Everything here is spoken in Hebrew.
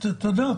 תודה.